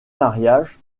mariages